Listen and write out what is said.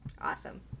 Awesome